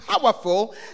powerful